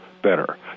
better